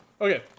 Okay